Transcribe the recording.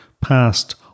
past